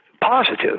positive